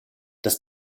dass